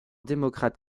démocrate